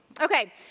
Okay